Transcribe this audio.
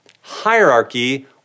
Hierarchy